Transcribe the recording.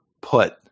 put